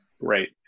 Great